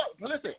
Listen